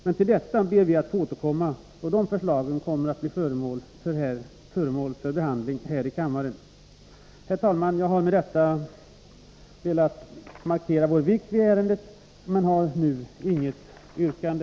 Men till detta ber vi att få återkomma då förslagen blir föremål för behandling här i kammaren. Herr talman! Jag har med detta velat markera den vikt vi moderater fäster vid ärendet men har nu inget yrkande.